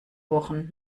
wochen